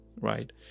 right